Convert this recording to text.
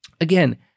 Again